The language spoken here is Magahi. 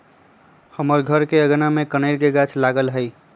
हमर घर के आगना में कनइल के गाछ लागल हइ